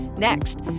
Next